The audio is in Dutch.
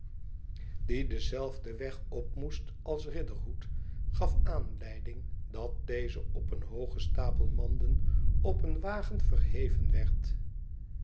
die denzelfden weg op moest als riderhood gaf aanleiding dat deze op een hoogen stapel manden op een wagen verheven werd